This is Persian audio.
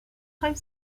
خواهیم